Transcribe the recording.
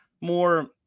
more